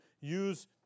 use